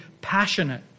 passionate